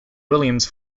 williams